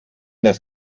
das